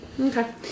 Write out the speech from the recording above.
Okay